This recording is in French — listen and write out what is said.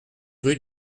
rue